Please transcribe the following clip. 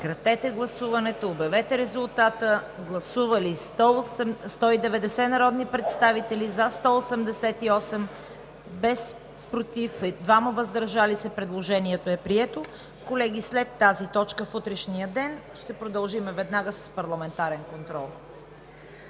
на гласуване. Гласували 190 народни представители: за 188, против няма, въздържали се 2. Предложението е прието. Колеги, след тази точка в утрешния ден ще продължим веднага с парламентарен контрол.